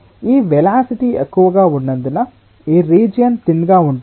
ఈ వేలాసిటి ఎక్కువగా ఉన్నందున ఈ రీజియన్ తిన్ గా ఉంటుంది